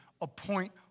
appoint